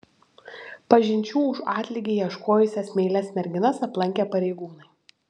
pažinčių už atlygį ieškojusias meilias merginas aplankė pareigūnai